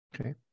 Okay